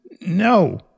No